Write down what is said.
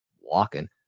walking